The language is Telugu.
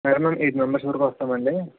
మ్యాడం మేము ఎయిట్ మెంబర్స్ వరకు వస్తామండి